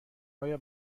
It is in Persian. آیا